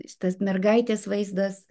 šitas mergaitės vaizdas